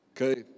Okay